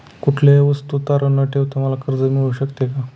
कुठलीही वस्तू तारण न ठेवता मला कर्ज मिळू शकते का?